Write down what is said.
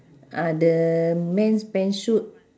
ah the men's pants suit